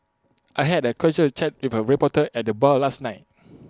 I had A casual chat with A reporter at the bar last night